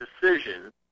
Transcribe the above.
decision